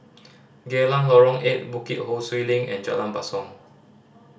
Geylang Lorong Eight Bukit Ho Swee Link and Jalan Basong